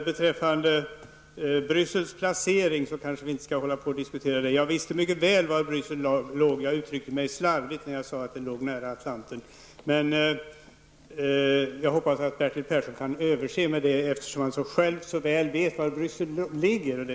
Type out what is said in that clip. Herr talman! Låt oss inte ytterligare diskutera Bryssels placering på kartan. Jag vet mycket väl var staden ligger, men råkade uttrycka mig slarvigt när jag sade att den låg nära Atlanten. Jag hoppas att Bertil Persson kan överse med det misstaget, eftersom han själv så väl vet var Bryssel ligger.